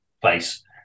place